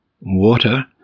water